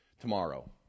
tomorrow